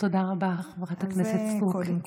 תודה רבה, חברת הכנסת סטרוק.